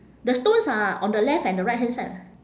the stones are on the left and the right hand side